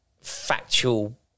factual